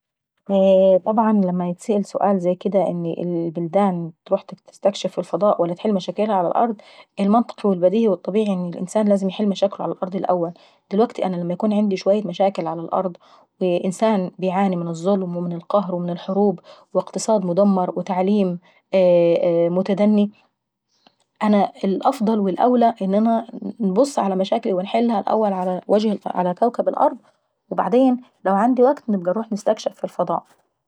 طبعا لما نتسأل سؤال زي كديه ان البلدان تروح تتستكشف الفضاء ولا تحل مشاكلها على الأرض؟ المنطقي والطبيعي والبديهي ان الانسان يحل مشاكله على الأرض الأول. دلوكتي انا لما يكون عندي اشوية مشاكل على الأرض وانسان بيعاني من الظلم والقهر والحروب واقتصاد مدمر والتعليم متدني انا الافضل والاولى انبص على مشاكلي ونحلها الاول على كوكب الارض وبعدين لو عندي وكت نبقى انروح نستكشف في الفضاء.